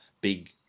big